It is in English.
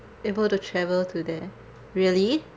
able to travel to there really